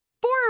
Four